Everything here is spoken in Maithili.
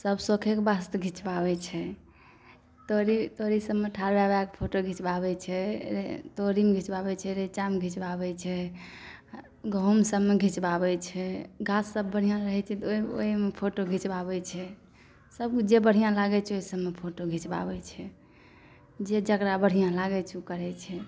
सब शौकेके वास्ते सबके घीचबाबै छै तौरी तौरी सबमे भीतर ठाड़ भए भए फोटो घीचबाबै छै तौरीमे घीचबाबै छै नीचामे घीचबाबै छै गहुम सबमे घीचबाबै छै गाछ सब बढ़िआँ रहै छै तऽ ओइमे फोटो घीचबाबै छै सब जे बढ़िआँ लागे छै ओइ सबमे फोटो घीचबाबै छै जे जेकरा बढ़िआँ लागै छै उ करै छै